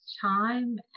time